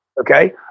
Okay